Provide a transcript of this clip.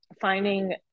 finding